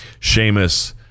Seamus